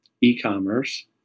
e-commerce